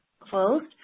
closed